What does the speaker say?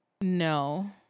No